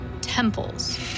temples